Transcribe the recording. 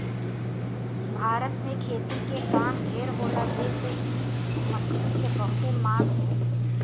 भारत में खेती के काम ढेर होला जेसे इ मशीन के बहुते मांग हौ